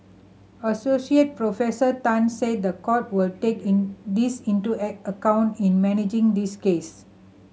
Associate Professor Tan said the court will take in this into a account in managing this case